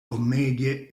commedie